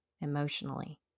emotionally